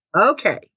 Okay